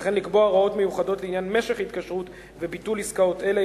וכן לקבוע הוראות מיוחדות לעניין משך ההתקשרות וביטול עסקאות אלה.